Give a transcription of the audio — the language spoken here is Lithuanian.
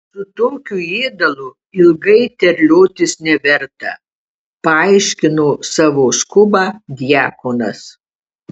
su tokiu ėdalu ilgai terliotis neverta paaiškino savo skubą diakonas